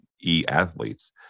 e-athletes